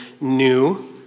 new